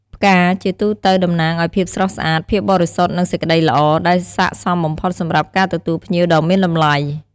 ផ្កាជាទូទៅតំណាងឱ្យភាពស្រស់ស្អាត ភាពបរិសុទ្ធ និងសេចក្ដីល្អ ដែលស័ក្តិសមបំផុតសម្រាប់ការទទួលភ្ញៀវដ៏មានតម្លៃ។